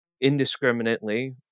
indiscriminately